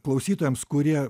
klausytojams kurie